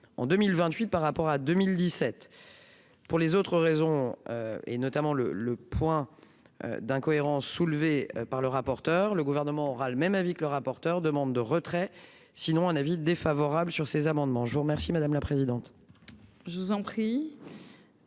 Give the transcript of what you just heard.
en 2028 par rapport à 2017 pour les autres raisons et notamment le le point d'incohérences soulevées par le rapporteur, le gouvernement aura le même avis que le rapporteur demande de retrait sinon un avis défavorable sur ces amendements, je vous remercie, madame la présidente. Je vous en prie.